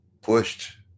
pushed